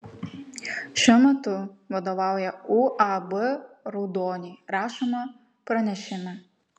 šiuo metu vadovauja uab raudoniai rašoma pranešime